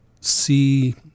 see